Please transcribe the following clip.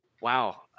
Wow